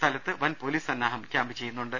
സ്ഥലത്ത് വൻ പൊലീസ് സന്നാഹം കൃാംപ് ചെയ്യുന്നുണ്ട്